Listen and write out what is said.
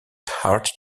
heart